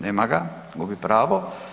Nema ga, gubi pravo.